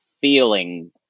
feeling